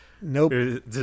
Nope